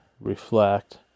reflect